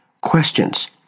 questions